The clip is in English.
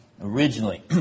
originally